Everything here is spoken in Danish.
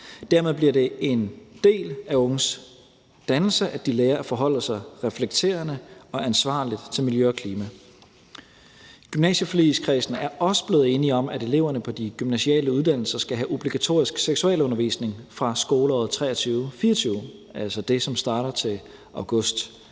Dermed bliver det en del af unges dannelse, at de lærer at forholde sig reflekterende og ansvarligt til miljø og klima. Gymnasieforligskredsen er også blevet enige om, at eleverne på de gymnasiale uddannelser skal have obligatorisk seksualundervisning fra skoleåret 2023/24, altså det, som starter til august.